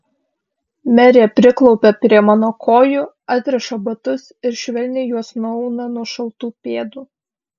merė priklaupia prie mano kojų atriša batus ir švelniai juos nuauna nuo šaltų pėdų